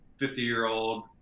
50-year-old